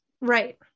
Right